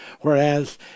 whereas